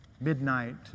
midnight